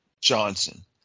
Johnson